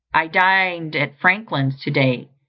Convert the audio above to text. i dined at franklin's to-day,